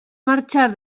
marxar